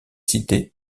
citée